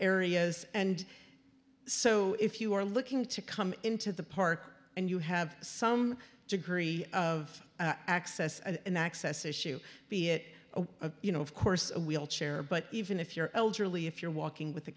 areas and so if you are looking to come into the park and you have some degree of access and access issue be it you know of course a wheelchair but even if you're elderly if you're walking with a